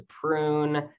prune